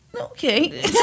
Okay